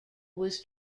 was